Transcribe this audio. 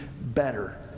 better